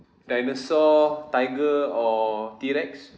dinosaur tiger or T-rex